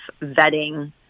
vetting